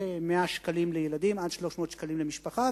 100 שקלים לילדים עד 300 שקלים למשפחה.